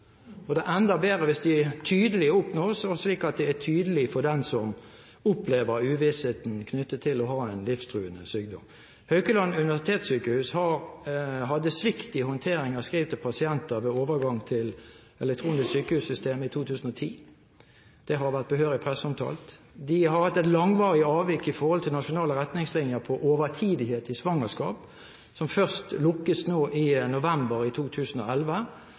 og enda bedre hvis de tydelig oppnås, slik at det er tydelig for den som opplever uvissheten knyttet til å ha en livstruende sykdom. Haukeland universitetssykehus hadde svikt i håndtering av skriv til pasienter ved overgang til elektronisk sykehussystem i 2010. Det har vært behørig presseomtalt. De har hatt et langvarig avvik i forhold til nasjonale retningslinjer på overtidighet i svangerskap, som først lukkes nå i november 2011.